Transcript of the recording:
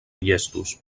llestos